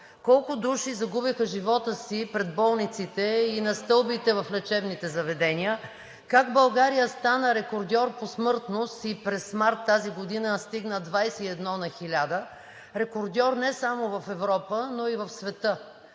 колко души загубиха живота си пред болниците и на стълбите в лечебните заведения (шум и реплики от ГЕРБ-СДС), как България стана рекордьор по смъртност и през март тази година стигна 21 на хиляда – рекордьор не само в Европа, но и в света.